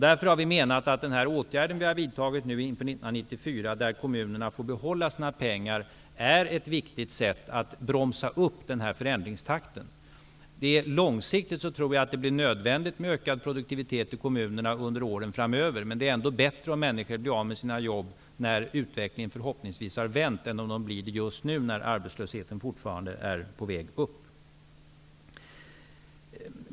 Därför har vi menat att den åtgärd vi har vidtagit inför 1994, att kommunerna får behålla sina pengar, är ett viktigt sätt att bromsa upp förändringstakten. Långsiktigt tror jag att det blir nödvändigt med ökad produktivitet i kommunerna under åren framöver. Men det är ändå bättre att människor blir av med sina jobb när utvecklingen förhoppningsvis har vänt, än om de blir det just nu, när arbetslösheten fortfarande är på väg upp.